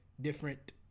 different